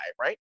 right